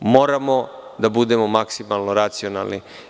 Moramo da budemo maksimalno racionalni.